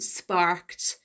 sparked